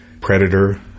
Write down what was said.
Predator